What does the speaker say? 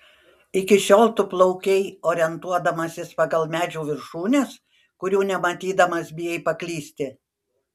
iki šiol tu plaukei orientuodamasis pagal medžių viršūnes kurių nematydamas bijai paklysti